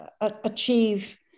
achieve